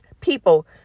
people